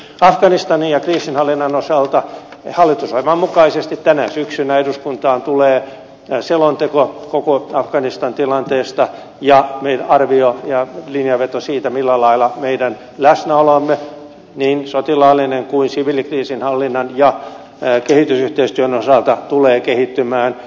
afganistanin ja kriisinhallinnan osalta hallitusohjelman mukaisesti tänä syksynä eduskuntaan tulee selonteko koko afganistan tilanteesta ja arvio ja linjanveto siitä millä lailla meidän läsnäolomme niin sotilaallisen kuin siviilikriisinhallinnan ja kehitysyhteistyön osalta tulee kehittymään